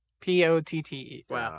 P-O-T-T-E